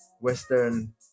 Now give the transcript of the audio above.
Western